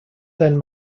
then